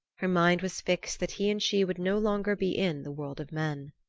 her mind was fixed that he and she would no longer be in the world of men.